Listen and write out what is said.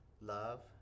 love